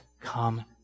come